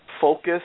focus